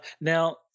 Now